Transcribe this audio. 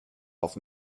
auf